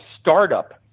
startup